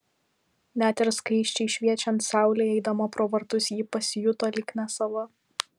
net ir skaisčiai šviečiant saulei eidama pro vartus ji pasijuto lyg nesava